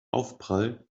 aufprall